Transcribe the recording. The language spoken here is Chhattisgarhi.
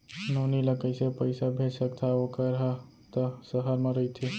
नोनी ल कइसे पइसा भेज सकथव वोकर हा त सहर म रइथे?